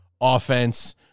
offense